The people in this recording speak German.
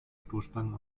stoßstangen